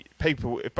people